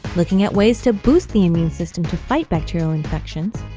looking at ways to boost the immune system to fight bacterial infections,